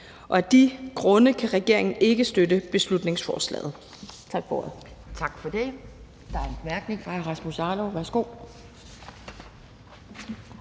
og af de grunde kan regeringen ikke støtte beslutningsforslaget.